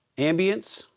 ambiance,